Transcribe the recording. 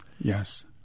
Yes